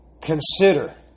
consider